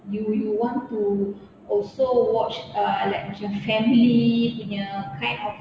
you you want to also watch uh like macam family punya kind of